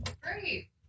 Great